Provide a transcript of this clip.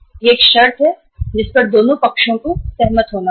यह एक शर्त है जिस पर दोनों पक्षों को सहमत होना होगा